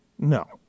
No